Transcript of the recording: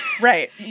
Right